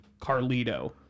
Carlito